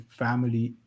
family